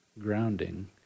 grounding